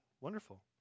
Wonderful